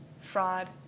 fraud